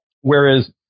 Whereas